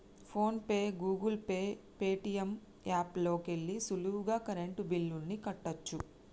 phone pay, Google Pay, Paytm app లోకెల్లి సులువుగా current బిల్లుల్ని కట్టచ్చు